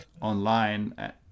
online